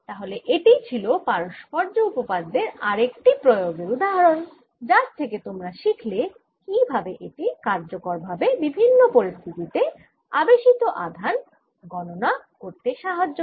তাহলে এটি ছিল পারস্পর্য্য উপপাদ্যের আরেকটি প্রয়োগের উদাহরণ যার থেকে তোমরা শিখলে কি ভাবে এটি দিয়ে কার্য্যকর ভাবে বিভিন্ন পরিস্থিতি তে আবেশিত আধান গণনা করতে সাহায্য করে